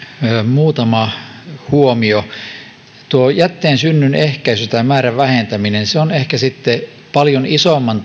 muutama huomio jätteen synnyn ehkäisy tai sen määrän vähentäminen on ehkä sitten paljon isomman